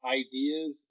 ideas